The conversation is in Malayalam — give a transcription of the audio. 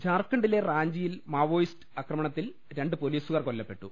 ഝാർഖണ്ഡിലെ റാഞ്ചിയിൽ മാവോയിസ്റ്റ് ആക്രമണത്തിൽ രണ്ട് പൊലീസുകാർ കൊല്ലപ്പെട്ടു